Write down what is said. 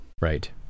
Right